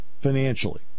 financially